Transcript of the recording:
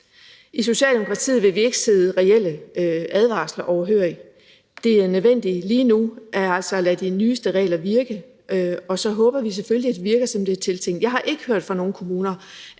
I Socialdemokratiet vil vi ikke sidde reelle advarsler overhørig. Det er nødvendigt lige nu at lade de nyeste regler virke, og så håber vi selvfølgelig, at de virker, som de er tiltænkt. Jeg har ikke hørt fra nogen kommuner,